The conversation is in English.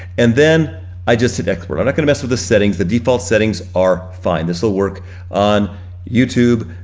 and then i just hit export. i'm not gonna mess with the settings. the default settings are fine. this will work on youtube,